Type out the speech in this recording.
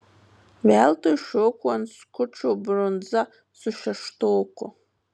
veltui šoko ant skučo brundza su šeštoku